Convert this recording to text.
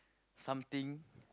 something